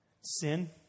sin